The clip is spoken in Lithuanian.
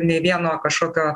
nei vieno kažkokio